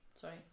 Sorry